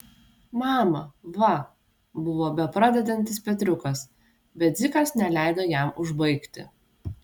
mama va buvo bepradedantis petriukas bet dzikas neleido jam užbaigti